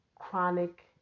chronic